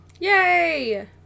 Yay